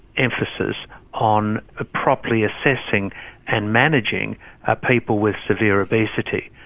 emphasis on ah properly assessing and managing ah people with severe obesity,